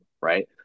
right